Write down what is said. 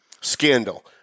scandal